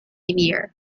year